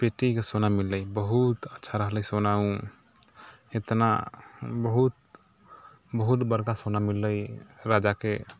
पेटीके सोना मिलले बहुत अच्छा रहलै सोना ओ इतना बहुत बहुत बड़का सोना मिलले राजाके